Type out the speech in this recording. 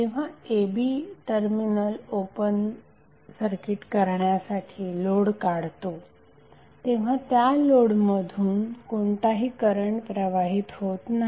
जेव्हा a b terminal open circuit करण्यासाठी load काढतो तेव्हा त्या लोडमधून कोणताही करंट प्रवाहित होत नाही